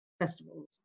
festivals